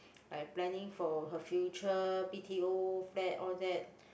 like planning for her future b_t_o flat all that